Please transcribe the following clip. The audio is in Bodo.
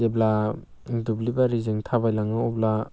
जेब्ला दुब्लि बारिजों थाबाय लाङो अब्ला